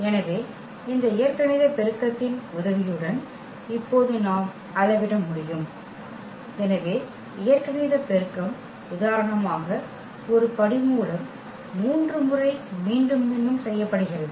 எனவே இந்த இயற்கணித பெருக்கத்தின் உதவியுடன் இப்போது நாம் அளவிட முடியும் எனவே இயற்கணித பெருக்கம் உதாரணமாக ஒரு படிமூலம் 3 முறை மீண்டும் மீண்டும் செய்யப்படுகிறது